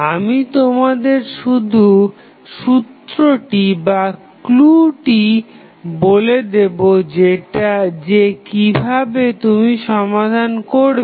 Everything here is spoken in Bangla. আমি তোমাদের শুধু সূত্রটি বলে দেবো যে কিভাবে তুমি সমাধান করবে